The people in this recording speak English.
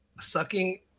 sucking